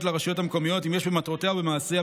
לרשויות מקומיות אם יש במטרותיה או במעשיה,